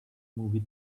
movie